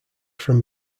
from